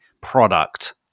product